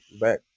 back